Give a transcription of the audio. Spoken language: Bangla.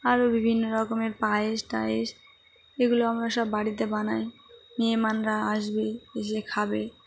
আরও বিভিন্ন রকমের পায়েস টায়েস এগুলো আমরা সব বাড়িতে বানাই মেয়েমানরা আসবে এসে খাবে